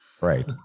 Right